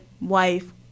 wife